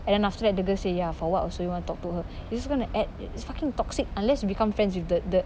and then after that the girl say ya for what also you want to talk to her it's just going to add it's fucking toxic unless you become friends with the the